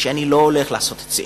כלומר שאני לא הולך לעשות את זה.